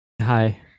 Hi